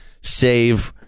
save